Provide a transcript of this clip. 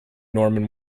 norman